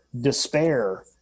despair